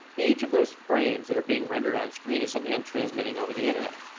each of those frames that are being rendered on screen is something i'm transmitting over the internet,